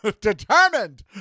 determined